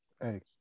Hey